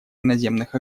иноземных